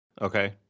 okay